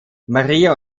maria